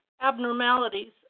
abnormalities